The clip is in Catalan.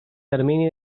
termini